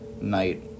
night